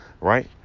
Right